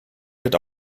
wird